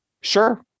sure